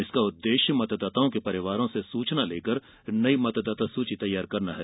इसका उददेश्य मतदाताओं के परिवारों से सूचना लेकर नई मतदाता सूची तैयार करना है